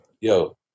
Yo